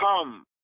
Come